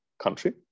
country